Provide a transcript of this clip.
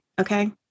okay